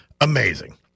Amazing